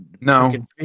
No